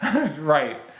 Right